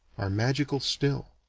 are magical still.